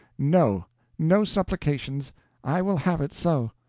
no no supplications i will have it so.